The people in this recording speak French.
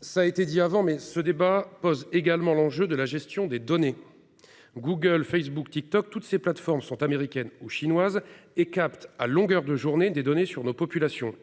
cela a été souligné, ce débat représente également un enjeu de gestion des données. Google, Facebook, TikTok : ces plateformes américaines ou chinoises captent à longueur de journée des données relatives à nos populations.